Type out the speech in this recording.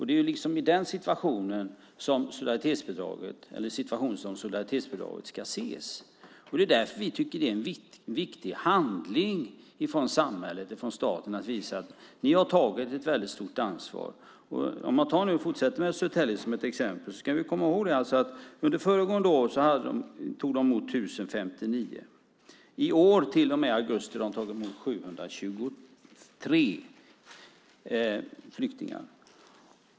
Det är i det ljuset som solidaritetsbidraget ska ses. Det är ju därför vi tycker att det är en viktig handling från samhället och från staten att visa dessa kommuner uppskattning eftersom de har tagit ett väldigt stort ansvar. Jag fortsätter ta Södertälje som ett exempel. Vi ska komma ihåg att under föregående år tog man där emot 1 059 flyktingar. I år till och med augusti har man tagit emot 723 flyktingar.